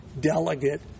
delegate